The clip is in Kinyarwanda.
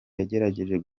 yagerageje